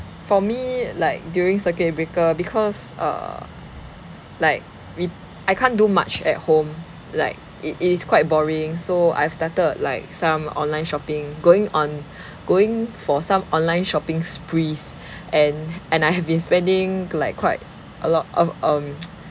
for me like during circuit breaker because err like we I can't do much at home like it is quite boring so I've started like some online shopping going on going for some online shopping sprees and and I have been spending like quite a lot of um